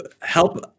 help